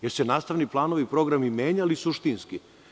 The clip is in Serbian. Jel su se nastavni planovi i programi menjali suštinski?